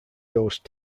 dose